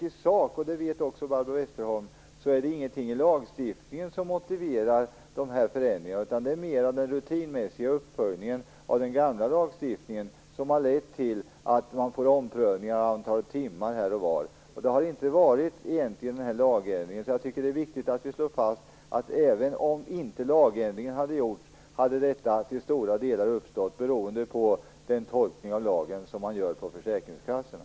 I sak vet också Barbro Westerholm att det inte är någonting i lagstiftningen som motiverar de här förändringarna. Det är mera den rutinmässiga uppföljningen av den gamla lagstiftningen som har lett till att man får omprövningar av antalet timmar här och var. Det är därför viktigt att slå fast, att även om lagändringen inte hade gjorts hade detta till stora delar uppstått, beroende på den tolkning av lagen som man gör på försäkringskassorna.